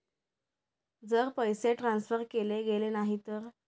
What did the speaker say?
जर पैसे ट्रान्सफर केले गेले नाही तर?